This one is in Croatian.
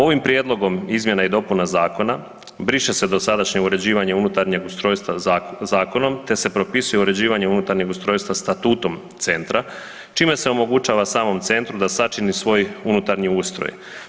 Ovim Prijedlogom izmjena i dopuna zakona, briše se dosadašnje uređivanje unutarnjeg ustrojstva zakonom te se propisuje uređivanje unutarnjeg ustrojstva Statutom Centra, čime se omogućava samom Centru da sačini svoj unutarnji ustroj.